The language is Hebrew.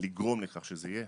לגרום לכך שזה יהיה.